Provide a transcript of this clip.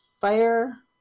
fire